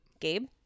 Gabe